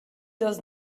does